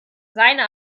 seine